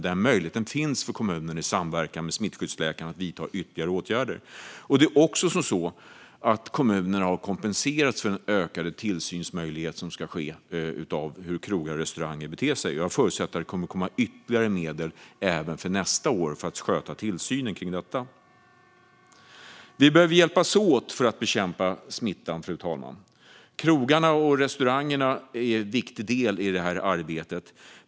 Den möjligheten finns i samverkan med smittskyddsläkaren att vidta ytterligare åtgärder. Kommuner har också kompenserats för den ökade möjlighet till tillsyn som ska ske av hur krogar och restauranger beter sig. Jag förutsätter att det kommer att komma ytterligare medel även nästa år för att sköta tillsynen av detta. Fru talman! Vi behöver hjälpas åt för att bekämpa smittan. Krogarna och restaurangerna är en viktig del i det arbetet.